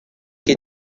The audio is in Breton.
ket